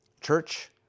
Church